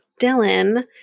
Dylan